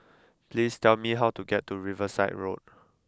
please tell me how to get to Riverside Road